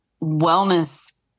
wellness